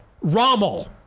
Rommel